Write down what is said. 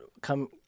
come